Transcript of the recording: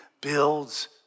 builds